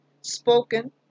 spoken